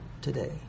today